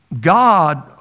God